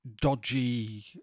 dodgy